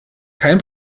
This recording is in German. kein